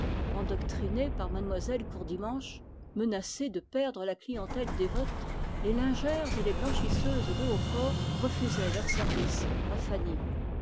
endoctrinées par m lle courdimanche menacées de perdre la clientèle dévote les lingères et les blanchisseuses de hautfort refusaient leurs services à fanny